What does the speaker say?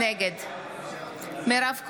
נגד מירב כהן,